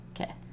okay